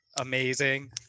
amazing